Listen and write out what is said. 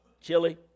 Chili